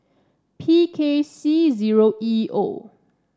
P K C zero E O